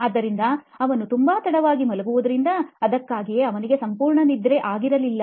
ಆದ್ದರಿಂದ ಅವನು ತುಂಬಾ ತಡವಾಗಿ ಮಲಗುವುದರಿಂದ ಅದಕ್ಕಾಗಿಯೇ ಅವನಿಗೆ ಸಂಪೂರ್ಣ ನಿದ್ರೆ ಆಗುತ್ತಿರಲಿಲ್ಲ